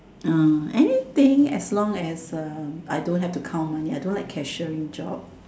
uh anything as long as uh I don't have to count yet I don't like cashiering job